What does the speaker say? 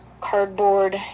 cardboard